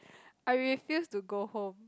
I refuse to go home